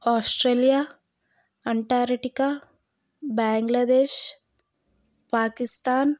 Australia Antarctica Bangladesh Pakistan